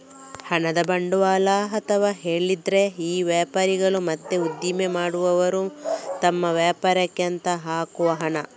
ಹಣದ ಬಂಡವಾಳ ಅಂತ ಹೇಳಿದ್ರೆ ಈ ವ್ಯಾಪಾರಿಗಳು ಮತ್ತೆ ಉದ್ದಿಮೆ ಮಾಡುವವರು ತಮ್ಮ ವ್ಯಾಪಾರಕ್ಕೆ ಅಂತ ಹಾಕುವ ಹಣ